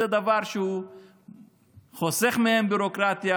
זה דבר שחוסך מהם ביורוקרטיה,